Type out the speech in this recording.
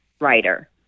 writer